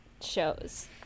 shows